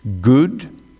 good